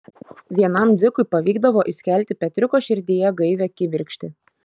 vienam dzikui pavykdavo įskelti petriuko širdyje gaivią kibirkštį